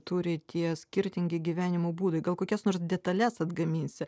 turi tie skirtingi gyvenimo būdai gal kokias nors detales atgaminsi